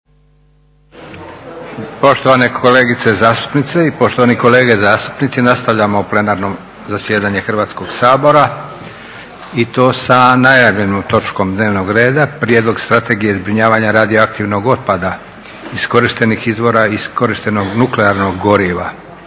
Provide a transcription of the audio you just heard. Poštovane kolegice zastupnice i poštovani kolege zastupnici. Nastavljamo plenarno zasjedanje Hrvatskog sabora i to sa najavljenom točkom dnevnog reda - Prijedlog strategije zbrinjavanja radioaktivnog otpada, iskorištenih izvora i istrošenog nuklearnog goriva